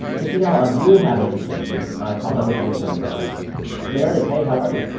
to see how our viewing habits are changing, i called up an old friend of the show meredith, hey. how are you?